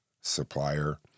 supplier